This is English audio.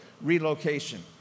relocation